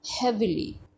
heavily